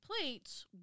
plates